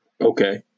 Okay